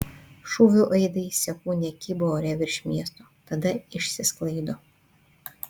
šūvių aidai sekundę kybo ore virš miesto tada išsisklaido